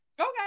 okay